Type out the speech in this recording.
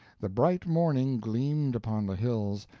the bright morning gleamed upon the hills,